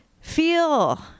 feel